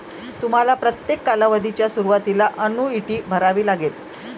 तुम्हाला प्रत्येक कालावधीच्या सुरुवातीला अन्नुईटी भरावी लागेल